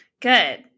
Good